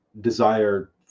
desire